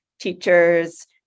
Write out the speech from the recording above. teachers